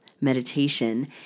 meditation